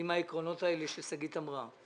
עם העקרונות האלה ששגית אמרה,